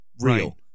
real